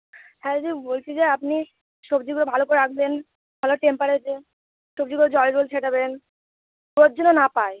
হ্যাঁ যে বলছি যে আপনি সবজিগুলো ভালো করে রাখবেন ভালো টেম্পারেচার সবজিগুলোর জল বল ছেটাবেন রোদ যেন না পায়